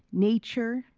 nature,